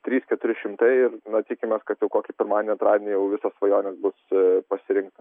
trys keturi šimtai ir tikimės kad jau kokį pirmadienį antradienį jau visos svajonės bus pasirinkta